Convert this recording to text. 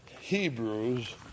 Hebrews